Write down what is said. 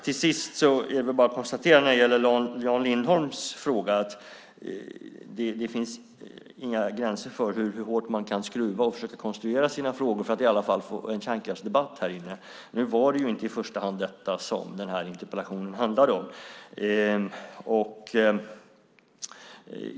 Till sist är det väl bara när det gäller Jan Lindholms fråga att konstatera att det inte finns några gränser för hur hårt man kan skruva och försöka konstruera sina frågor för att i alla fall få en kärnkraftsdebatt här i kammaren. Nu är det inte i första hand det som den här interpellationen handlar om.